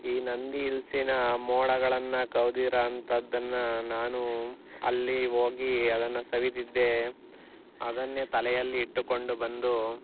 ಈ ನಂದಿ ಇಲ್ಲಿನ ಮೋಡಗಳನ್ನು ಕವಿದಿರೊ ಅಂಥದ್ದನ್ನು ನಾನು ಅಲ್ಲಿ ಹೋಗಿ ಅದನ್ನು ಸವಿದಿದ್ದೆ ಅದನ್ನೇ ತಲೆಯಲ್ಲಿ ಇಟ್ಟುಕೊಂಡು ಬಂದು